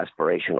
aspirational